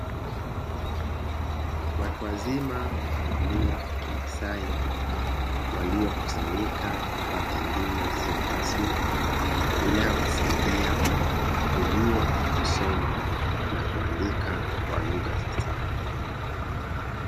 Watu wazima wa jamii ya kimasai, waliokusanyika kupata elimu isiyo rasmi; inayowasaidia kujua kusoma na kuandika kwa lugha fasaha.